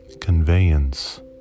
conveyance